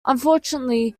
unfortunately